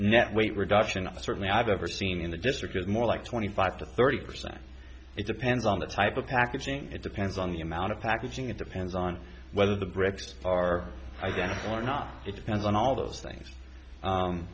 net weight reduction certainly i've ever seen in the district is more like twenty five to thirty percent it depends on the type of packaging it depends on the amount of packaging it depends on whether the bricks are identical or not it depends on all those things